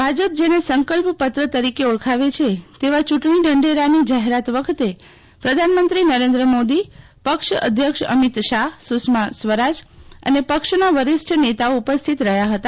ભાજપ જેને સંકલ્પ પત્ર તરીકે ઓળખાવે છે તેવા ચુંટણી ઢંઢેરાની જાહેરાત વખતે પ્રધાનમંત્રી નરેન્દ્ર મોદી પક્ષ અધ્યક્ષ અમિત શાહ સુષ્મા સ્વરાજ અને પક્ષના વરિષ્ઠ નેતાઓ ઉપસ્થિત રહયાં હતા